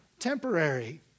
temporary